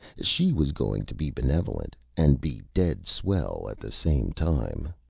she was going to be benevolent, and be dead swell at the same time.